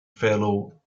fellow